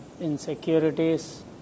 insecurities